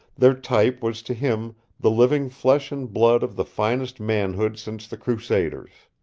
their type was to him the living flesh and blood of the finest manhood since the crusaders.